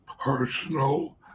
personal